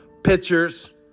Pictures